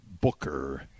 booker